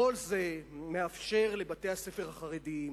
כל זה מאפשר לבתי-הספר החרדיים